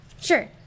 Sure